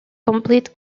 complete